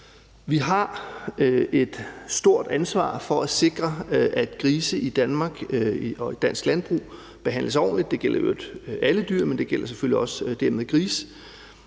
Vi har et stort ansvar for at sikre, at grise i dansk landbrug behandles ordentligt – det gælder i øvrigt alle dyr, og det gælder dermed selvfølgelig også af grise.